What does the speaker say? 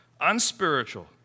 unspiritual